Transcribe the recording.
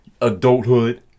Adulthood